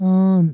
on